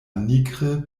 nigre